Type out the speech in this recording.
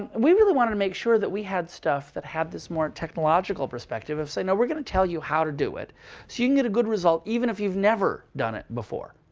we wanted to make sure that we had stuff that had this more technological perspective of saying, now, we're going to tell you how to do it so you can get a good result, even if you've never done it before.